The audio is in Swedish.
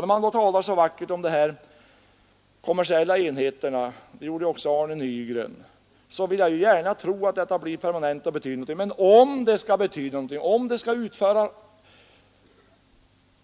När man talar så vackert om de kommersiella enheterna — det gjorde också herr Nygren — vill jag gärna tro att dessa enheter skall bli permanenta och betyda någonting, men